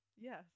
Yes